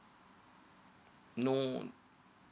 no